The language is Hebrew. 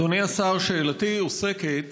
אדוני השר, שאלתי עוסקת